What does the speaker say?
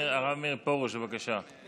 הרב מאיר פרוש, בבקשה.